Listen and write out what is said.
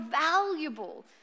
valuable